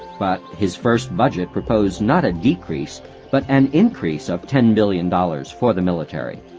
but his first budget proposed not a decrease but an increase of ten billion dollars for the military.